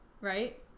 right